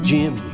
Jim